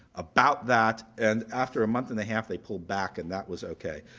about that and after a month and a half they pulled back and that was ok.